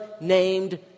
named